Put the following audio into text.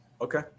Okay